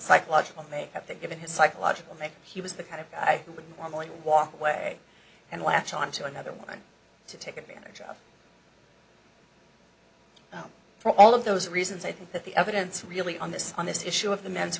psychological makeup that given his psychological make he was the kind of guy who would normally walk away and latch on to another woman to take advantage of that for all of those reasons i think that the evidence really on this on this issue of the men